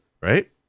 right